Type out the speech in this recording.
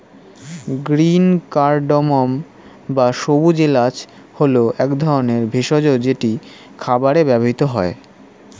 green cardamom বা সবুজ এলাচ হল এক ধরনের ভেষজ যেটি খাবারে ব্যবহৃত হয়